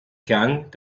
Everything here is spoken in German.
klang